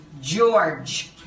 George